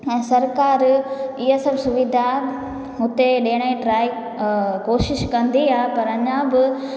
ऐं सरकारु इहे सभु सुविधा हुते ॾियण जी ट्राए कोशिशि कंदी आहे पर अञा बि